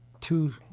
two